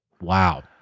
Wow